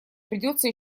придётся